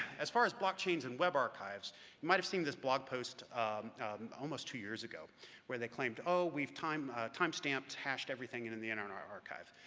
as far as blockchains and web archives, you might have seen this blog post almost two years ago where they claimed, oh, we've time time stamped, hashed everything in in the internet archive.